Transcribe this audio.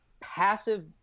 passive